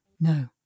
no